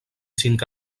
cinc